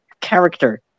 character